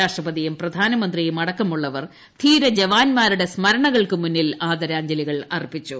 രാഷ്ട്രപതിയും പ്രധാനമന്ത്രിയും അടക്കുമുള്ളവർ ധീര ജവാന്മാരുടെ സ്മരണകൾക്ക് മുന്നിൽ ആദരാഞ്ജ്ലികൾ അർപ്പിച്ചു